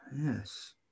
yes